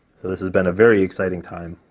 so this has been a very exciting time.